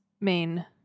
main